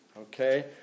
Okay